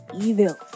evil